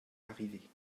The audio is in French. arrivé